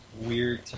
weird